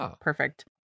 perfect